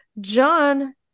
John